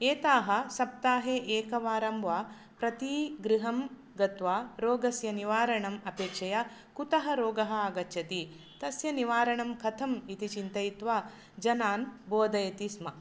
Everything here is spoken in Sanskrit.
एताः सप्ताहे एकवारं वा प्रतिगृहं गत्वा रोगस्य निवारणम् अपेक्षया कुतः रोगः आगच्छति तस्य निवारणं कथम् इति चिन्तयित्वा जनान् बोधयति स्म